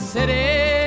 City